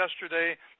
yesterday